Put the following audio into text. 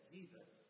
Jesus